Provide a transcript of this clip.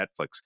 Netflix